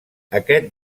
aquest